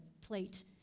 plate